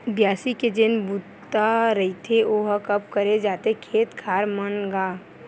बियासी के जेन बूता रहिथे ओहा कब करे जाथे खेत खार मन म गा?